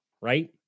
right